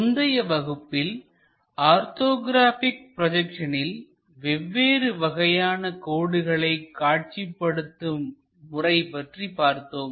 முந்தைய வகுப்பில் ஆர்த்தோகிராபிக் ப்ரோஜெக்சனில் வெவ்வேறு வகையான கோடுகளை காட்சிப்படுத்தும் முறை பற்றி பார்த்தோம்